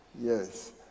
Yes